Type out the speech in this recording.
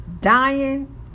dying